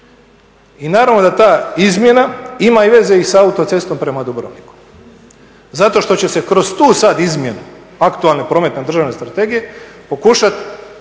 i naravno da ta izmjena ima veze i sa autocestom prema Dubrovniku zato što će se kroz tu sad izmjenu aktualne Prometne državne strategije pokušat